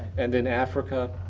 and then africa.